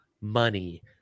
money